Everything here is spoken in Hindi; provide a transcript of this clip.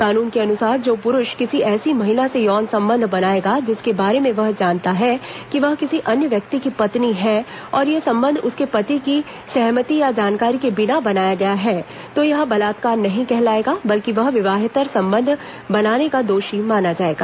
कानून के अनुसार जो पुरूष किसी ऐसी महिला से यौन संबंध बनाएगा जिसके बारे में वह जानता है कि वह किसी अन्य व्यक्ति की पत्नी है और ये संबंध उसके पति की सहमति या जानकारी के बिना बनाया गया है तो यह बलात्कार नहीं कहलायेगा बल्कि वह विवाहेतर संबंध बनाने का दोषी माना जाएगा